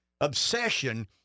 obsession